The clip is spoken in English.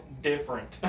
different